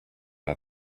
are